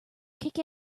kick